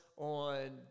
On